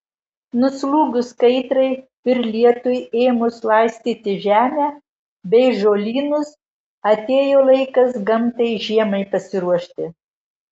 nuslūgus kaitrai ir lietui ėmus laistyti žemę bei žolynus atėjo laikas gamtai žiemai pasiruošti